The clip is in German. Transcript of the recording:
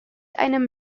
einem